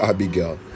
Abigail